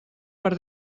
per